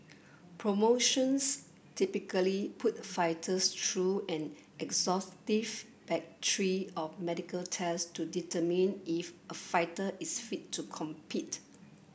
promotions typically put fighters through an exhaustive battery of medical tests to determine if a fighter is fit to compete